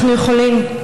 אנחנו יכולים,